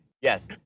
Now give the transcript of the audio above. Yes